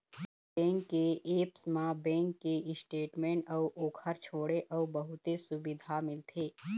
bank के apps म bank के स्टेटमेंट अउ ओखर छोड़े अउ बहुते सुबिधा मिलथे